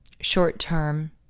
short-term